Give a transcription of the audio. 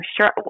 sure